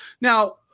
Now